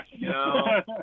no